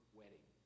wedding